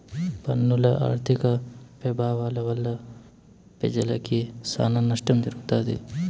పన్నుల ఆర్థిక పెభావాల వల్ల పెజలకి సానా నష్టం జరగతాది